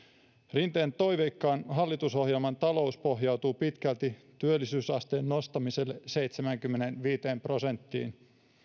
rinteen toiveikkaan hallitusohjelman talous pohjautuu pitkälti työllisyysasteen nostamiseen seitsemäänkymmeneenviiteen prosenttiin